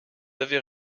avez